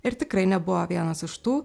ir tikrai nebuvo vienas iš tų